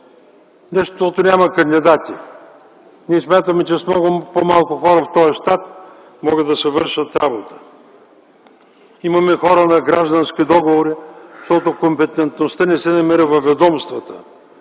защото няма кандидати. Ние смятаме, че с много по-малко хора от този щат може да се върши работа. Имаме хора на граждански договори, защото компетентността не се намира във ведомствата.